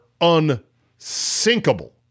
unsinkable